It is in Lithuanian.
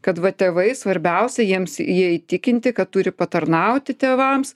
kad va tėvai svarbiausia jiems jie įtikinti kad turi patarnauti tėvams